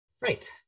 Right